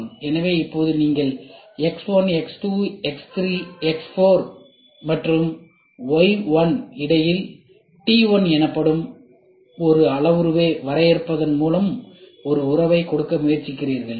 எனவே இப்போது நீங்கள் x 1 x 2 x 3 x 4 மற்றும் y 1 இடையில் t 1 எனப்படும் ஒரு அளவுருவை வரையறுப்பதன் மூலம் ஒரு உறவை கொடுக்க முயற்சிக்கிறீர்கள்